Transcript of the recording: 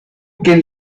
can